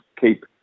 keep